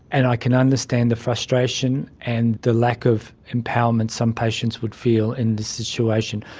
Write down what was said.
and i can understand the frustration and the lack of empowerment some patients would feel in this situation.